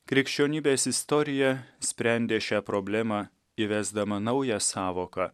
krikščionybės istorija sprendė šią problemą įvesdama naują sąvoką